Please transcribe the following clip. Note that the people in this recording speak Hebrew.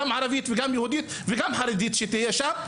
גם ערבית גם יהודית וגם חרדית שתהיה שם,